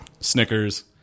Snickers